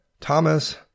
Thomas